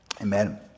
Amen